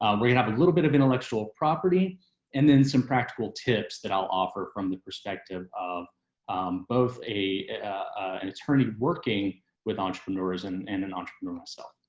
um we're gonna have a little bit of intellectual property and then some practical tips that i'll offer from the perspective of both a an attorney, working with entrepreneurs and and an entrepreneur myself.